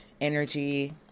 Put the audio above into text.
energy